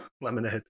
lemonade